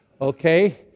Okay